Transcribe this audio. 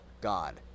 God